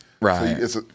Right